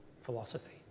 philosophy